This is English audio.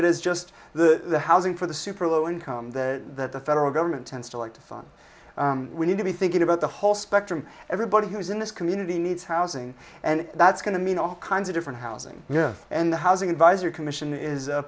it as just the housing for the super low income that the federal government tends to like to fine we need to be thinking about the whole spectrum everybody who is in this community needs housing and that's going to mean all kinds of different housing and the housing advisory commission is a